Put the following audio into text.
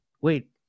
wait